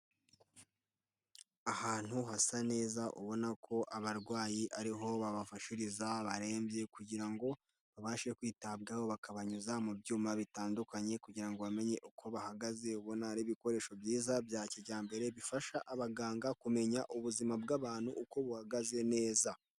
Ahantu hasa neza ubona ko abarwayi ariho babafashiriza barembye kugira ngo babashe kwitabwaho, bakabanyuza mu byuma bitandukanye kugira ngo bamenye uko bahagaze. Ubona ari ibikoresho byiza bya kijyambere bifasha abaganga kumenya ubuzima bw'abantu uko buhagaze neza.